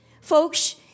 Folks